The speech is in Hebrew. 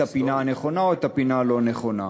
הפינה הנכונה או את הפינה הלא-נכונה.